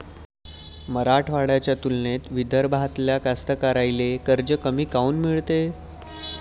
मराठवाड्याच्या तुलनेत विदर्भातल्या कास्तकाराइले कर्ज कमी काऊन मिळते?